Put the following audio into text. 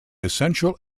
essential